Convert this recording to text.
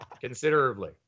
Considerably